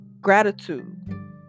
gratitude